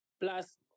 Plus